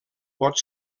pot